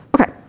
Okay